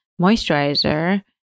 moisturizer